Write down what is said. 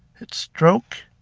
hit stroke,